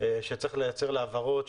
שצריך לייצר לה הבהרות,